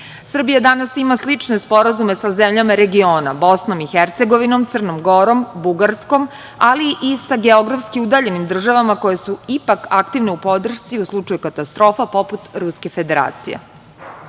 danas ima slične sporazume sa zemljama regiona – BiH, Crnom Gorom, Bugarskom, ali i sa geografski udaljenim državama koje su ipak aktivne u podršci u slučaju katastrofa, poput Ruske Federacije. Nedavno